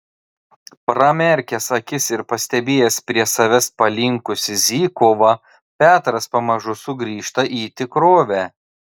pramerkęs akis ir pastebėjęs prie savęs palinkusį zykovą petras pamažu sugrįžta į tikrovę